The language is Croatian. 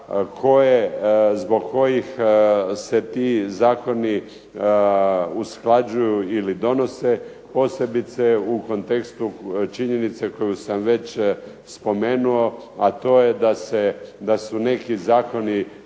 zbog kojih se ti zakoni usklađuju ili donose posebice u kontekstu činjenice koju sam već spomenuo, a to je da su neki zakoni